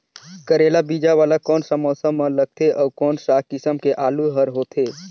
करेला बीजा वाला कोन सा मौसम म लगथे अउ कोन सा किसम के आलू हर होथे?